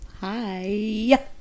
hi